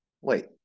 wait